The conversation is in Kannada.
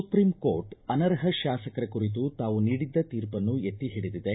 ಸುಪ್ರೀಂ ಕೋರ್ಟ್ ಅನರ್ಹ ಶಾಸಕರ ಕುರಿತು ತಾವು ನೀಡಿದ್ದ ತೀರ್ಪನ್ನು ಎತ್ತಿ ಹಿಡಿದಿದೆ